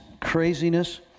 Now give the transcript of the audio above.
craziness